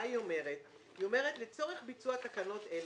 היא אומרת שלצורך ביצוע תקנות אלה,